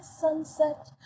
sunset